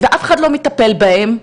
ואף אחד לא מטפל בהם.